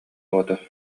оҕото